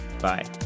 Bye